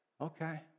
Okay